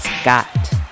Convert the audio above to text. Scott